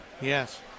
Yes